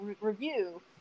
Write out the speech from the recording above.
review